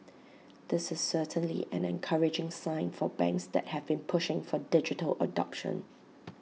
this is certainly an encouraging sign for banks that have been pushing for digital adoption